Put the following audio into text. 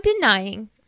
denying